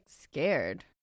scared